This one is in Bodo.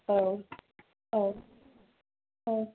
औ औ औ